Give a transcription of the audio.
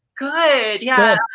good. yeah.